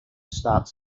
starts